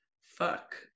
fuck